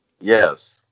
Yes